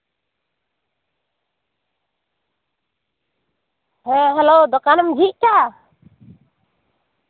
ᱦᱮᱸ ᱦᱮᱞᱳ ᱫᱚᱠᱟᱱᱮᱢ ᱡᱷᱤᱡ ᱠᱟᱜᱼᱟ